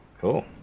Cool